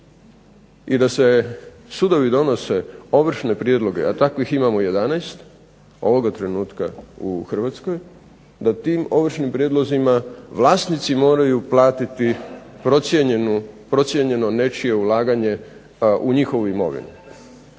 I da se sudovi donosi ovršne prijedloge, a takvih imamo 11 ovoga trenutka u Hrvatskoj, da tim ovršnim prijedlozima vlasnici moraju platiti procijenjeno nečije ulaganje u njihovu imovinu.